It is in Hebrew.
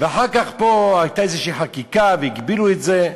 ואחר כך הייתה פה איזו חקיקה והגבילו את זה.